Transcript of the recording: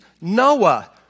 Noah